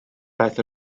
daeth